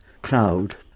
cloud